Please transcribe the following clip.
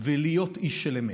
ולהיות איש של אמת.